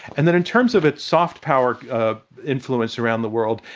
and then, and terms of its soft power ah influence around the world,